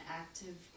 active